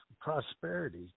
prosperity